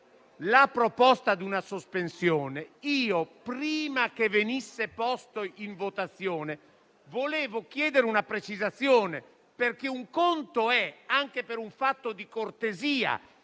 la proposta di una sospensione, prima che questa venisse posta in votazione volevo chiedere una precisazione, perché un conto è - anche per un fatto di cortesia